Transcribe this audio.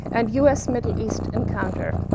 and us-middle east encounters.